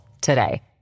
today